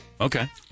Okay